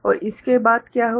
और उसके बाद क्या होता है